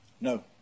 No